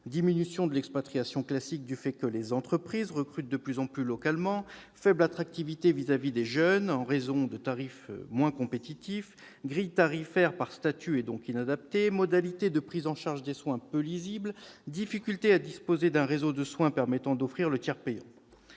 diminution de l'expatriation classique du fait que les entreprises recrutent de plus en plus localement ; faible attractivité vis-à-vis des jeunes, en raison de tarifs peu compétitifs ; grilles tarifaires par statut et donc inadaptées ; modalités de prise en charge des soins peu lisibles ; difficultés à disposer d'un réseau de soins permettant d'offrir le tiers payant.